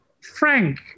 Frank